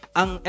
ang